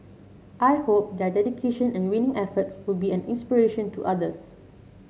I hope their dedication and winning efforts will be an inspiration to others